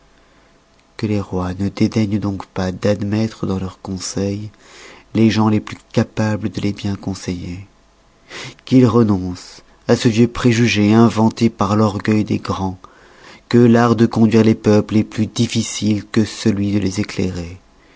que les rois ne dédaignent donc pas d'admettre dans leurs conseils les gens les plus capables de les bien conseiller qu'ils renoncent à ce vieux préjugé inventé par l'orgueil des grands que l'art de conduire les peuples est plus difficile que celui de les éclairer